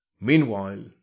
Meanwhile